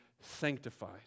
sanctified